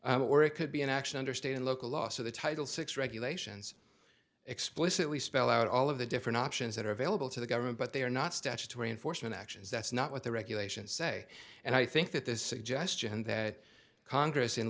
cases or it could be an action under state and local law so the title six regulations explicitly spell out all of the different options that are available to the government but they are not statutory enforcement actions that's not what the regulations say and i think that this suggestion that congress